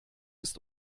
ist